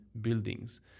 buildings